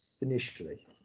initially